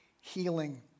healing